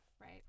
Right